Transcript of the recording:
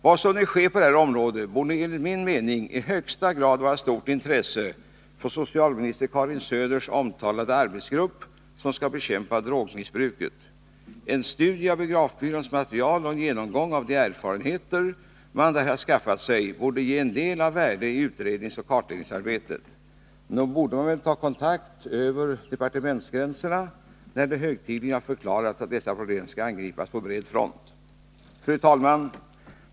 Vad som nu sker på detta område borde enligt min mening i högsta grad Nr 27 vara av stort intresse för socialminister Karin Söders omtalade arbetsgrupp Måndagen den som skall utreda hur man skall bekämpa drogmissbruket. En studie av 16 november 1981 biografbyråns material och en genomgång av de erfarenheter som man där har skaffat sig borde ge en del av värde i utredningsoch kartläggningsarbetet. Nog borde man väl ta kontakt över departementsgränserna, när det högtidligen har förklarats att dessa problem skall angripas på bred front. Fru talman!